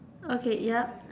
okay yup